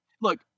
look